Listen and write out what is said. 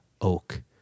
oak